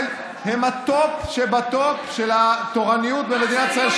הם הטופ שבטופ של התורניות במדינת ישראל,